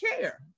care